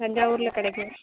தஞ்சாவூரில் கிடைக்கும்